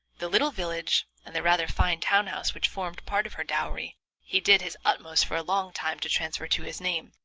the little village and the rather fine town house which formed part of her dowry he did his utmost for a long time to transfer to his name,